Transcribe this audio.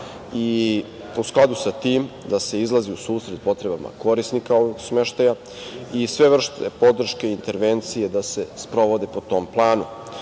i u skladu sa tim da se izlazi u susret potrebama korisnika ovog smeštaja i sve vrste podrške, intervencije da se sprovode po tom planu.